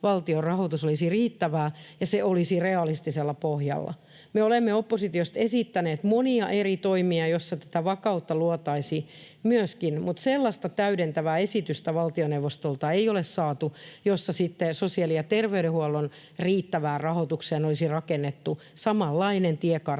valtionrahoitus olisi riittävää ja se olisi realistisella pohjalla. Me olemme oppositiosta esittäneet monia eri toimia, joilla tätä vakautta myöskin luotaisiin, mutta valtioneuvostolta ei ole saatu sellaista täydentävää esitystä, jossa sitten sosiaali‑ ja terveydenhuollon riittävään rahoitukseen olisi rakennettu samanlainen tiekartta